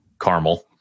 caramel